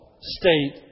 state